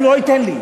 הוא לא ייתן לי.